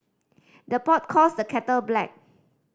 the pot calls the kettle black